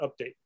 update